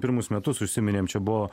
pirmus metus užsiminėm čia buvo